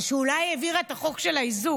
שאולי היא העבירה את החוק של האיזוק.